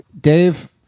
Dave